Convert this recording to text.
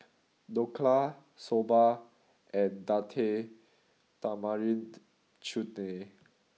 Dhokla Soba and Date Tamarind Chutney